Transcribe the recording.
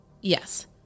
Yes